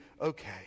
okay